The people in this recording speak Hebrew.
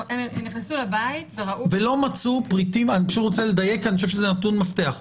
אני לא רואה בתקנות